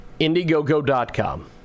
indiegogo.com